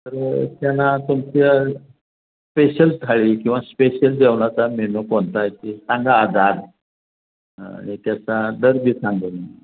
तर त्यांना तुमच्या पेशल थाळी किंवा स्पेशल जेवणाचा मेनू कोणता आहे ते सांगा आज आज हे त्याचा दर बी सांगा